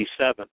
1987